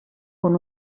con